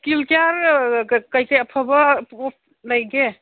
ꯏꯁꯀꯤꯟ ꯀꯤꯌꯥꯔ ꯀꯔꯤ ꯀꯔꯤ ꯑꯐꯕ ꯂꯩꯒꯦ